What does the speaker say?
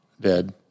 dead